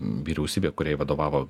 vyriausybė kuriai vadovavo